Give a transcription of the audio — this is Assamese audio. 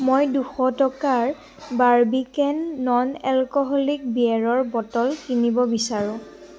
মই দুশ টকাৰ বাৰ্বিকেন নন এলকহলিক বিয়েৰৰ বটল কিনিব বিচাৰোঁ